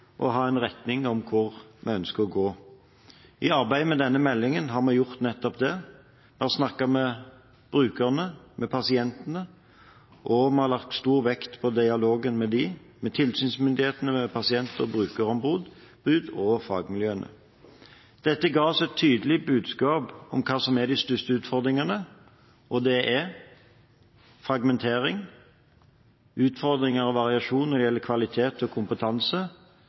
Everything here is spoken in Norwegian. og ha en retning for hvor vi ønsker å gå. I arbeidet med denne meldingen har vi gjort nettopp det. Vi har snakket med brukerne, med pasientene. Vi har lagt stor vekt på dialog med dem, med tilsynsmyndigheter og pasient- og brukerombud utover fagmiljøene. Dette ga oss et tydelig budskap om hva som er de største utfordringene, og det er: fragmentering, utfordringer og variasjon når det gjelder kvalitet og kompetanse,